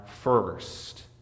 first